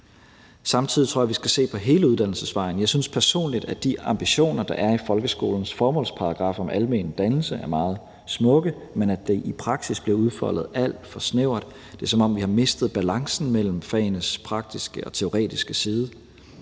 Samtidig tror jeg, vi skal se på hele uddannelsesvejen. Jeg synes personligt, at de ambitioner, der er i folkeskolens formålsparagraf om almen dannelse, er meget smukke, men at det i praksis bliver udfoldet alt for snævert. Det er, som om vi har mistet balancen mellem fagenes praktiske side og teoretiske side.